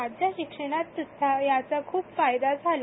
माझ्या शिक्षणात सुद्धा याचा खुप फायदा झाला